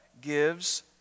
gives